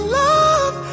love